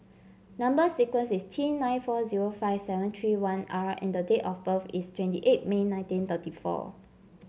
number sequence is T nine four zero five seven three one R and the date of birth is twenty eight May nineteen thirty four